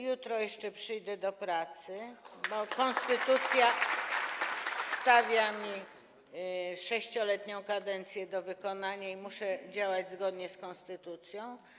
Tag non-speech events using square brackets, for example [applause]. Jutro jeszcze przyjdę do pracy, [applause] bo konstytucja mówi o 6-letniej kadencji do wykonania i muszę działać zgodnie z konstytucją.